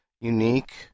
unique